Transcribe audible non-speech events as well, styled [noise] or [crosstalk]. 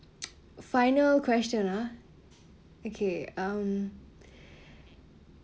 [noise] final question uh okay um